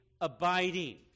abiding